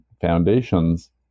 foundations